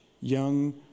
young